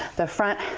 the front,